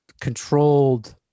controlled